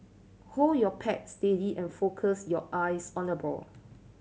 hold your pat steady and focus your eyes on the ball